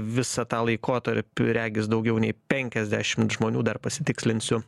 visą tą laikotarpį regis daugiau nei penkiasdešimt žmonių dar pasitikslinsiu